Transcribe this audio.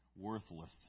worthless